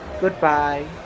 Goodbye